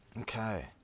Okay